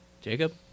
Jacob